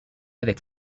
avec